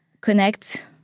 connect